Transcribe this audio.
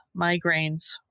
migraines